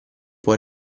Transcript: può